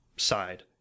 side